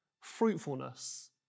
fruitfulness